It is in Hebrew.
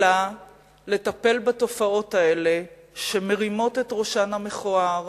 אלא לטפל בתופעות האלה, שמרימות את ראשן המכוער